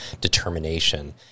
determination